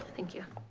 thank you.